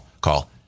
call